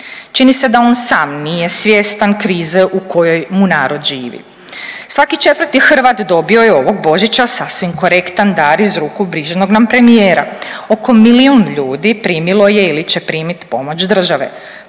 Čini se da on sam nije svjestan krize u kojoj mu narod živi. Svaki četvrti Hrvat dobio je ovog Božića sasvim korektan dar iz ruku brižnog nam premijera. Oko milijun ljudi primilo je ili će primiti pomoć države